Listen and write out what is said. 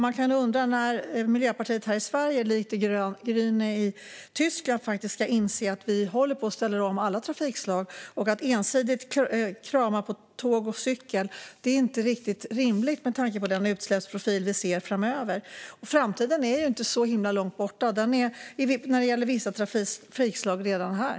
Man kan undra när Miljöpartiet här i Sverige likt Die Grünen i Tyskland kommer att inse att vi håller på och ställer om alla trafikslag. Att ensidigt krama tåg och cykel är inte riktigt rimligt med tanke på den utsläppsprofil vi ser framöver. Framtiden är inte så himla långt borta. Den är när det gäller vissa trafikslag redan här.